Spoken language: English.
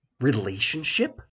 Relationship